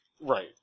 Right